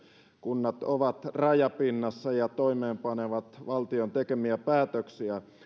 kunnat ovat rajapinnassa ja toimeenpanevat valtion tekemiä päätöksiä